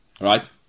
right